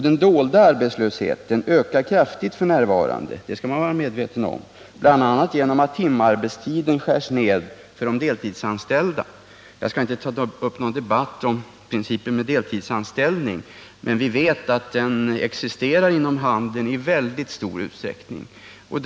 Den dolda arbetslösheten ökar kraftigt f.n. — det skall man vara medveten om =— bl.a. genom att timarbetstiden är sned för de deltidsanställda. — Jag skall här inte ta upp någon debatt om principen med deltidsanställning, men vi vet att sådan i stor utsträckning existerar inom handeln.